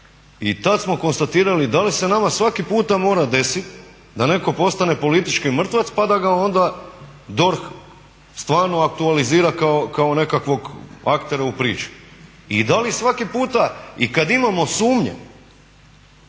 i tada smo konstatirali da li se nama svaki puta mora desiti da netko postane politički mrtvac pa da ga onda DORH stvarno aktualizira kao nekakvog aktera u priči. I da li svaki puta i kada imamo sumnje